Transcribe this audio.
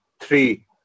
three